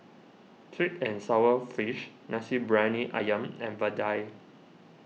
Sweet and Sour Fish Nasi Briyani Ayam and Vadai